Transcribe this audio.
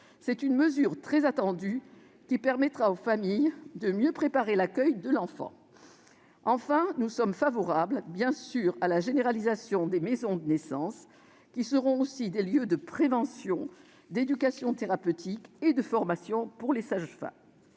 C'est une mesure très attendue qui permettra aux familles de mieux préparer l'accueil de l'enfant. Enfin, nous sommes bien sûr favorables à la généralisation des maisons de naissance qui seront aussi des lieux de prévention, d'éducation thérapeutique et de formation pour les sages-femmes.